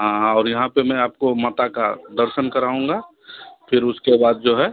हाँ और यहाँ पर मैं आपको माता का दर्शन कराऊँगा फिर उसके बाद जो है